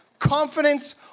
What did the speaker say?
confidence